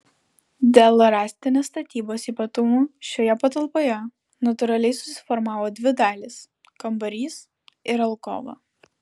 dėl rąstinės statybos ypatumų šioje patalpoje natūraliai susiformavo dvi dalys kambarys ir alkova